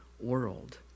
world